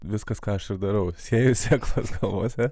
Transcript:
viskas ką aš ir darau sieju sėklas galvose